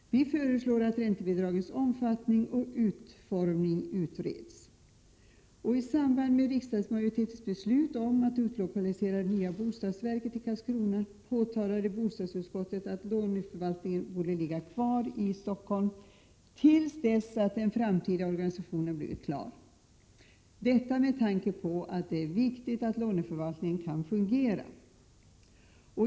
Vi föreslår att räntebidragens omfattning och utformning utreds. I samband med riksdagsmajoritetens beslut om att utlokalisera det nya planoch bostadsverket till Karlskrona påtalade bostadsutskottet att låneförvaltningen borde ligga kvar i Stockholm till dess att den framtida organisationen blivit klar, detta med tanke på att det är viktigt att låneförvaltningen fungerar.